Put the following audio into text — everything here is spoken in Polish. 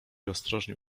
ostrożnie